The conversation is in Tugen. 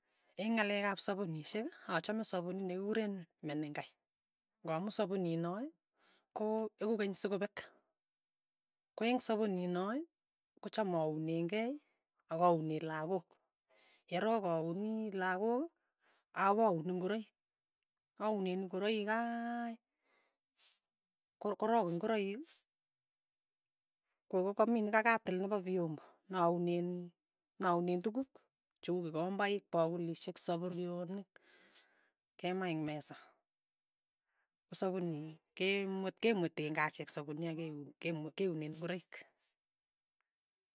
Eng' ng'alek ap sapunishyek, achame sapunit nekigureen menengai. Nga' amu sapuni noe, ko egu keny sokopek. Ko eng sopuni noe, kocham aune ng'ei ak aune lagook. Yerook auni lagook, awaun iing'oroik. Aunen ingoroik keiiii ko- korog ing'oroik ko- kong'ami nekagatil nepa vyombo na unen naunen tuguk che uu kigombaik, pakulishyek, sapuryonik, kema eng' mesa. ko sapunit ke mwe- ke mweteng'ey achek sapunit ak ke un- ke mwe- ke unen ingoroik.